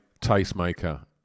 Tastemaker